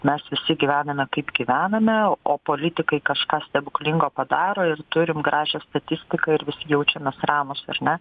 mes visi gyvename kaip gyvename o politikai kažką stebuklingo padaro ir turim gražią statistiką ir visi jaučiamės ramūs ar ne